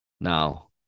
Now